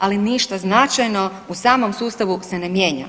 Ali ništa značajno u samom sustavu se ne mijenja.